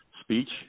speech